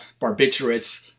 barbiturates